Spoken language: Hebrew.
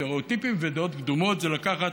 סטריאוטיפים ודעות קדומות זה לקחת